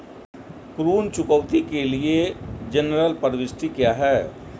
ऋण चुकौती के लिए जनरल प्रविष्टि क्या है?